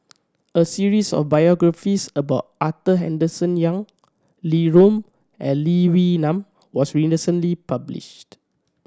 a series of biographies about Arthur Henderson Young Li and Lee Wee Nam was published